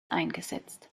eingesetzt